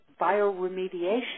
bioremediation